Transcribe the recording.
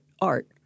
art